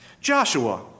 Joshua